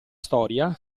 storia